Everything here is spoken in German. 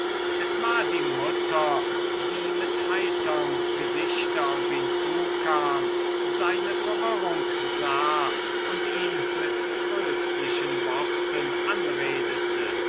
es war die mutter die mit heiterm gesichte auf ihn zukam seine verwirrung sah und ihn mit tröstlichen worten anredete